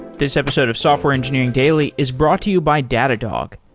this episode of software engineering daily is brought to you by datadog,